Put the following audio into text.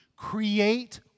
create